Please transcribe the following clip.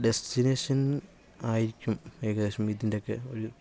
destination ആയിരിക്കും ഏകദേശം ഇതിൻ്റെ ഒക്കെ ഒരു